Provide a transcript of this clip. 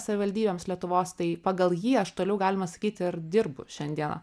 savivaldybėms lietuvos tai pagal jį aš toliau galima sakyti ir dirbu šiandieną